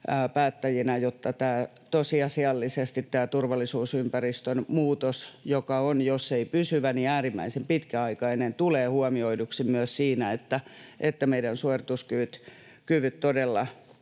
jotta tosiasiallisesti tämä turvallisuusympäristön muutos, joka on jos ei pysyvä niin äärimmäisen pitkäaikainen, tulee huomioiduksi myös siinä, että meidän suorituskyvyt todella